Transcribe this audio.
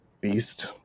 beast